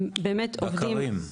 הם באמת עובדים --- בקרים.